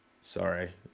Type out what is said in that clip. Sorry